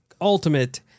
Ultimate